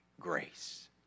grace